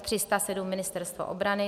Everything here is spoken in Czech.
307 Ministerstvo obrany